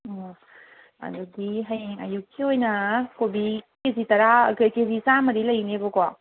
ꯑꯣ ꯑꯗꯨꯗꯤ ꯍꯌꯦꯡ ꯑꯌꯨꯛꯀꯤ ꯑꯣꯏꯅ ꯀꯣꯕꯤ ꯀꯦ ꯖꯤ ꯇꯔꯥ ꯀꯦ ꯖꯤ ꯆꯥꯝꯃꯗꯤ ꯂꯩꯅꯦꯕꯀꯣ